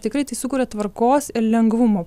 tikrai tai sukuria tvarkos ir lengvumo